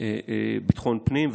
ביטחון פנים,